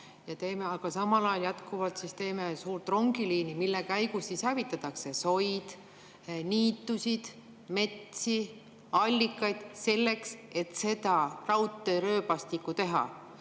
aga samal ajal jätkuvalt teeme suurt rongiliini, mille käigus hävitatakse soid, niitusid, metsi, allikaid selleks, et seda raudteerööbastikku teha.